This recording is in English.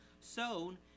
sown